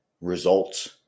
results